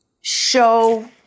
show